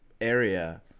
area